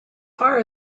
far